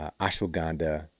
ashwagandha